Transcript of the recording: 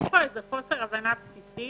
יש חוסר הבנה בסיסי